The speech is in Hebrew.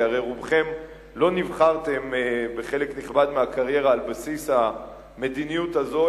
כי הרי רובכם לא נבחרתם בחלק נכבד מהקריירה על בסיס המדיניות הזו,